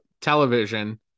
television